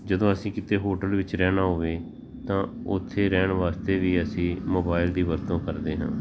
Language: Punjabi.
ਜਦੋਂ ਅਸੀਂ ਕਿਤੇ ਹੋਟਲ ਵਿੱਚ ਰਹਿਣਾ ਹੋਵੇ ਤਾਂ ਉੱਥੇ ਰਹਿਣ ਵਾਸਤੇ ਵੀ ਅਸੀਂ ਮੋਬਾਇਲ ਦੀ ਵਰਤੋਂ ਕਰਦੇ ਹਾਂ